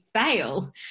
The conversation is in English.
fail